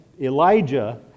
Elijah